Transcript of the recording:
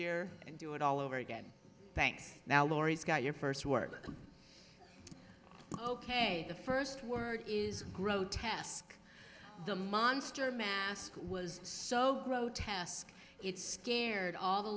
year and do it all over again thanks now laurie's got your first word ok the first word is grotesque the monster mask was so grotesque it scared all the